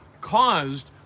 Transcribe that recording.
caused